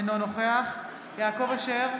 אינו נוכח יעקב אשר,